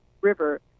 river